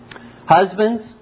Husbands